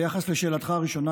ביחס לשאלתך הראשונה,